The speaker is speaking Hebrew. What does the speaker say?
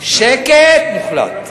שקט מוחלט.